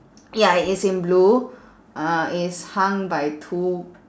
ya it is in blue uh it's hung by two